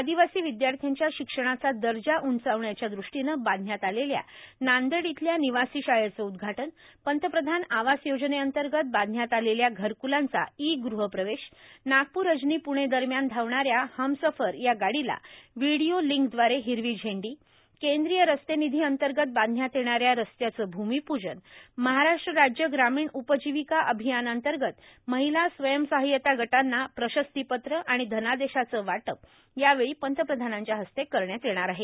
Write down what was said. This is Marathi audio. आदिवासी विदयाश्र्यांच्या शिक्षणाचा दर्जा उंचावण्याच्या दृष्टीनं बांधण्यात आलेल्या नांदेड इथल्या निवासी शाळेचं उद्घाटन पंतप्रधान आवास योजनेअंतर्गत बांधण्यात आलेल्या घरक्लांचा ई गृहप्रवेश नागप्र अजनी प्णे दरम्यान धावणाऱ्या हमसफर या गाडीला व्हिडिओ लिंकद्वारे हिरवी झेंडी केंद्रीय रस्ते निधी अंतर्गत बांधण्यात येणाऱ्या रस्त्याचं भूमिप्जन महाराष्ट्र राज्य ग्रामीण उपजीविका अभियानांतर्गत महिला स्वयंसहायता गटांना प्रशस्तीपत्र आणि धनादेशाचं वाटप यावेळी पंतप्रधानांच्या हस्ते करण्यात येणार आहे